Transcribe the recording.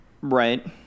Right